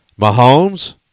Mahomes